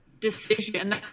decision